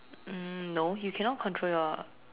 um no you cannot control your